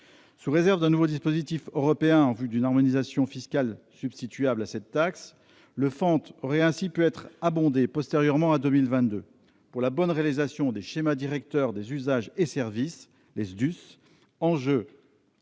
Sous réserve d'un nouveau dispositif européen en vue d'une harmonisation fiscale substituable à cette taxe, le FANT aurait ainsi pu être abondé postérieurement à 2022, pour la bonne réalisation des schémas directeurs des usages et services en jeu,